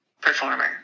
performer